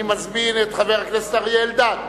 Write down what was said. אני מזמין את חבר הכנסת אריה אלדד,